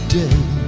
day